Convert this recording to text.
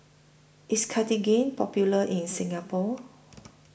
IS Cartigain Popular in Singapore